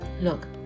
look